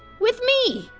with me!